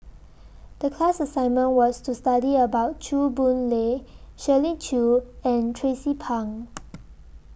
The class assignment was to study about Chew Boon Lay Shirley Chew and Tracie Pang